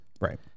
Right